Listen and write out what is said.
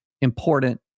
important